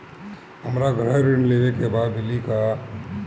हमरा गृह ऋण लेवे के बा मिली का?